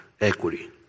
equity